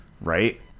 Right